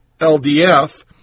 LDF